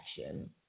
action